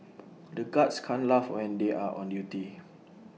the guards can't laugh when they are on duty